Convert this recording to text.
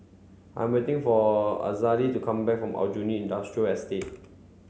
I'm waiting for Azalee to come back from Aljunied Industrial Estate